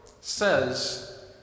says